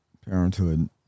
parenthood